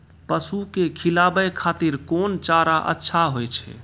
पसु के खिलाबै खातिर कोन चारा अच्छा होय छै?